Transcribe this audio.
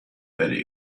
very